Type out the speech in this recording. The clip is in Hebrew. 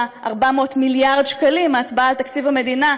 400 מיליארד שקלים בהצבעה על תקציב המדינה,